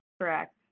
Correct